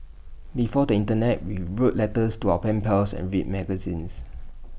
before the Internet we wrote letters to our pen pals and read magazines